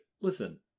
listen